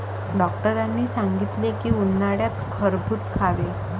डॉक्टरांनी सांगितले की, उन्हाळ्यात खरबूज खावे